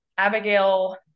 Abigail